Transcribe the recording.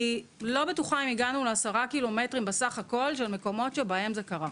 ואני לא בטוחה אם הגענו ל-10 קילומטרים בסך הכל של מקומות שבהם זה קרה.